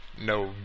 no